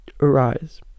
arise